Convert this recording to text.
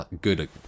good